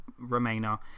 Remainer